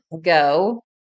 go